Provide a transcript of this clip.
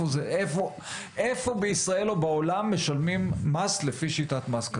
איפה בישראל או בעולם משלמים מס לפי שיטת מס כזאת?